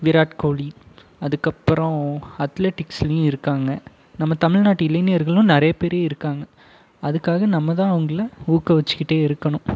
விராட் கோலி அதுக்கப்புறம் அத்லட்டிக்ஸ்லியும் இருக்காங்க நம்ம தமிழ்நாட்டு இளைஞர்களும் நிறைய பேரும் இருக்காங்க அதுக்காக நம்மதான் அவங்கள்ளை ஊக்குவிச்சுக்கிட்டே இருக்கணும்